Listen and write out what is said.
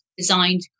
designed